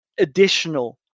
additional